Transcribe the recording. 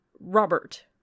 Robert